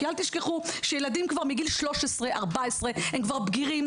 כי אל תשכחו שילדים כבר בגיל 13-14 הם כבר בגירים,